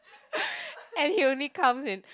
and he only comes in